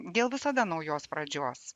dėl visada naujos pradžios